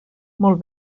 molt